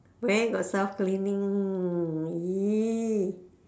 where got self cleaning !ee!